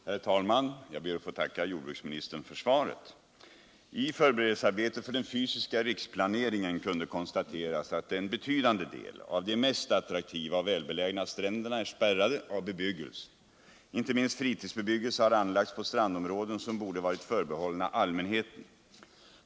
Herr talman! Jag tackar jordbruksministern för svaret. I förberedelsearbetet för den fysiska riksplaneringen kunde konstateras att en betydande del av de mest attraktiva och välbelägna stränderna är spärrade av bebyggelse. Inte minst fritidsbebyggelse har anlagts på strandområden som borde varil förbehållna allmänheten.